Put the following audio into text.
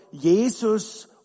Jesus